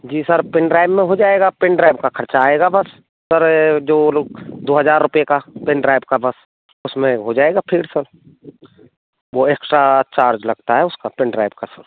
जी sir pen drive में हो जाएगा पेन ड्राइव का खर्चा आएगा बस सर जो वह लोग दो हज़ार रुपये पेन ड्राइव का बस उसमें हो जाएगा फ़िर सब वह एक्स्ट्रा चार्ज लगता है उसका पेन ड्राइव का सर